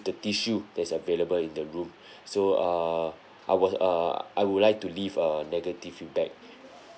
the tissue that's available in the room so err I was err I would like to leave a negative feedback